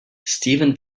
steven